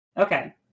Okay